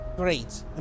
Great